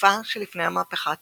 לתקופה שלפני המהפכה הצרפתית.